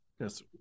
yes